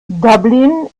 dublin